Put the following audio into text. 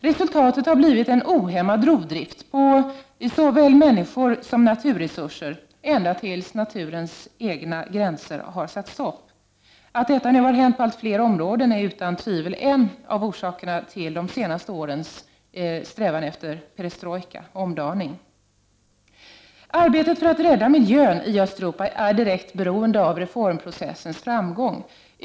Resultatet har blivit en ohämmad rovdrift på såväl människor som naturresurser, ända tills naturens egna gränser har satt stopp. Att detta nu har hänt på allt fler områden är utan tvivel en av orsakerna till de senaste årens strävan efter perestrojka, omdaning. Arbetet för att rädda miljön i Östeuropa är direkt beroende av reformprocessens framgång.